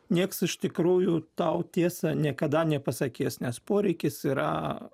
nieks iš tikrųjų tau tiesą niekada nepasakys nes poreikis yra